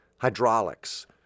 Hydraulics